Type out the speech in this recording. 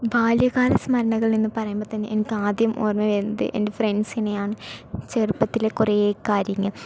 ബാല്യകാലസ്മരണകളെന്ന് പറയുമ്പോൾത്തന്നെ എനിക്കാദ്യം ഓർമ്മ വരുന്നത് എൻ്റെ ഫ്രണ്ട്സിനെയാണ് ചെറുപ്പത്തിൽ കുറേ കാര്യങ്ങൾ